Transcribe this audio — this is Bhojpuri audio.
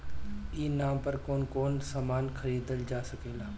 ई नाम पर कौन कौन समान खरीदल जा सकेला?